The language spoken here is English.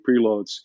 preloads